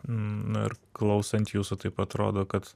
na ir klausant jūsų taip atrodo kad